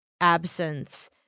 absence